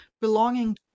belonging